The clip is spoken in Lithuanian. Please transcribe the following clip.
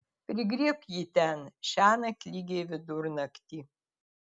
prigriebk jį ten šiąnakt lygiai vidurnaktį